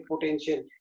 potential